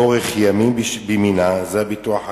אורך ימים בימינה" זה ביטוח החיים,